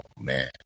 man